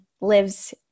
lives